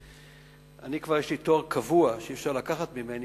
יש לי כבר תואר קבוע שאי-אפשר לקחת ממני.